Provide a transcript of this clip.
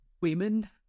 women